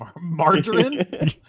Margarine